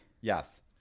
Yes